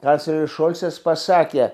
raselis šolcas pasakė